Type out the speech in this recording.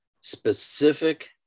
specific